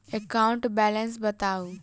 account balance बताउ